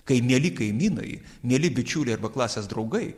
kai mieli kaimynai mieli bičiuliai arba klasės draugai